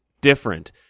different